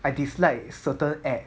I dislike certain act